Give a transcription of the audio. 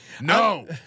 No